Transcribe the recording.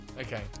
Okay